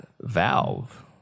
Valve